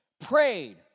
prayed